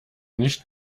nicht